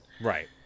right